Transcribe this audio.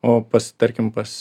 o pas tarkim pas